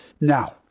Now